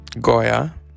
Goya